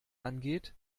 angeht